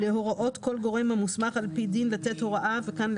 להוראות כל גורם המוסמך על פי דין לתת הוראה וכאן,